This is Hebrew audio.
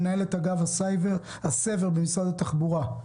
מנהלת אגף הסב"ר במשרד התחבורה,